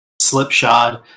slipshod